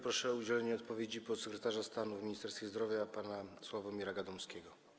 Proszę o udzielenie odpowiedzi podsekretarza stanu w Ministerstwie Zdrowia pana Sławomira Gadomskiego.